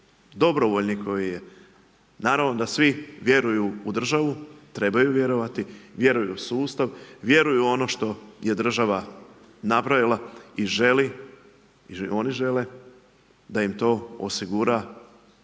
dobrovolji koji je naravno da svi vjeruju u državu, trebaju vjerovati, vjeruju u sustav, vjeruju u ono što je država nabrojala i žele, oni žele da im to osigura